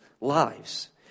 lives